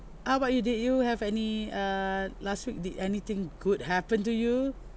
how about you did you have any err last week did anything good happened to you